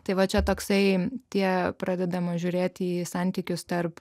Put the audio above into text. tai va čia toksai tie pradedama žiūrėti į santykius tarp